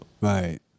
Right